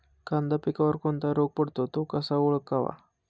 कांदा पिकावर कोणता रोग पडतो? तो कसा ओळखावा?